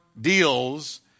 deals